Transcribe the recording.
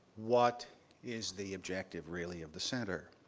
what is the objective, really, of the center?